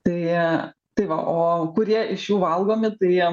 tai tai va o kurie iš jų valgomi tai jie